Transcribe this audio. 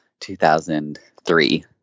2003